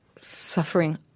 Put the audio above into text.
suffering